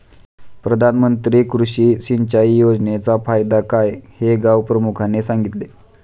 प्रधानमंत्री कृषी सिंचाई योजनेचा फायदा काय हे गावप्रमुखाने सांगितले